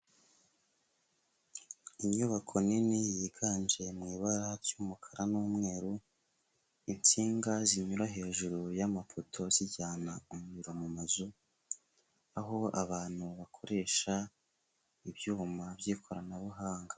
Inyubako nini yiganje mu ibara ry'umukara n'umweru, insinga zinyura hejuru y'amapoto zijyana umuriro mu mazu, aho abantu bakoresha ibyuma by'ikoranabuhanga.